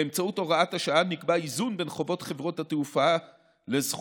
באמצעות הוראת השעה נקבע איזון בין חובות חברות התעופה לזכויות